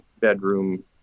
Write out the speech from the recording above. bedroom